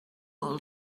all